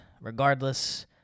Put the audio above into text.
regardless